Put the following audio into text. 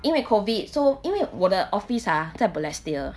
因为 COVID so 因为我的 office ah 在 balestier